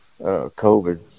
COVID